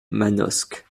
manosque